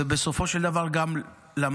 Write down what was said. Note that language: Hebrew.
ובסופו של דבר גם מוות,